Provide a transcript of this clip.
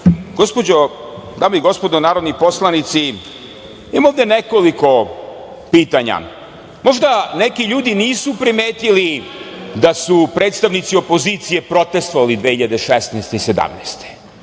Raguš. Gospođo, dame i gospodo narodni poslanici, ima ovde nekoliko pitanja. Možda neki ljudi nisu primetili da su predstavnici opozicije protestvovali 2016. i 2017.